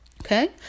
okay